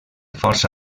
força